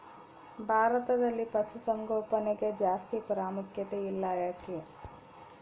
ಭಾರತದಲ್ಲಿ ಪಶುಸಾಂಗೋಪನೆಗೆ ಜಾಸ್ತಿ ಪ್ರಾಮುಖ್ಯತೆ ಇಲ್ಲ ಯಾಕೆ?